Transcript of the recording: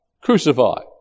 crucified